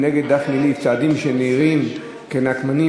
אנחנו עוברים להצבעה.